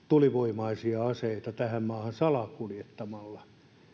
tulivoimaisia aseita tähän maahan salakuljettamalla